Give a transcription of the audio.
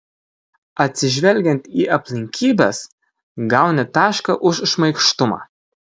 atsižvelgiant į aplinkybes gauni tašką už šmaikštumą